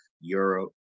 Europe